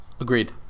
agreed